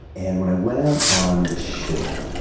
and when i went out on the ship,